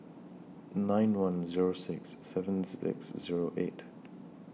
nine one Zero six seven six Zero eight